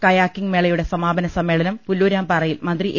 kayaking മേളയുടെ സമാപന സമ്മേ ളനം പുല്ലൂരാംപാറയിൽ മന്ത്രി എ